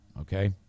Okay